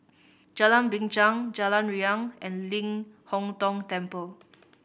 Jalan Binchang Jalan Riang and Ling Hong Tong Temple